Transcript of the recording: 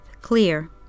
clear